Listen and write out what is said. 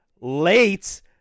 Late